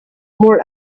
more